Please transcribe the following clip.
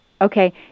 Okay